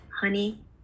honey